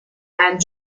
and